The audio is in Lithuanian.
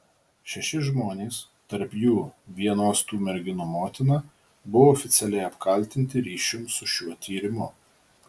šeši žmonės tarp jų vienos tų merginų motina buvo oficialiai apkaltinti ryšium su šiuo tyrimu